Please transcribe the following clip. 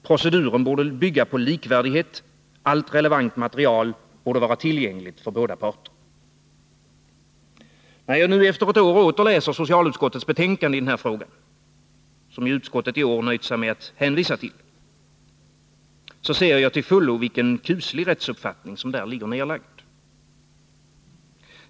Proceduren borde bygga på likvärdighet, allt relevant material borde vara tillgängligt för båda parter. När jag nu efter ett år åter läser socialutskottets betänkande i den här frågan — som utskottet i år nöjt sig med att hänvisa till — ser jag till fullo vilken kuslig rättsuppfattning som där ligger nedlagd.